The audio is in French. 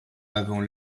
avant